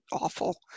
awful